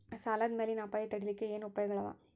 ಸಾಲದ್ ಮ್ಯಾಲಿನ್ ಅಪಾಯ ತಡಿಲಿಕ್ಕೆ ಏನ್ ಉಪಾಯ್ಗಳವ?